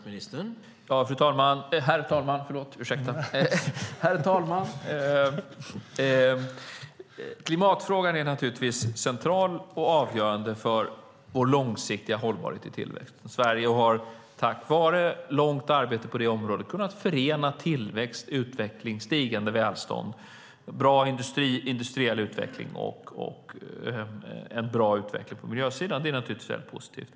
Herr talman! Klimatfrågan är naturligtvis central och avgörande för vår långsiktiga hållbarhet i tillväxten. Sverige har tack vare långt arbete på området kunnat förena tillväxt, utveckling, stigande välstånd, bra industriell utveckling med en bra utveckling på miljösidan. Det är naturligtvis väldigt positivt.